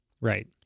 Right